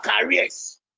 careers